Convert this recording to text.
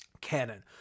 canon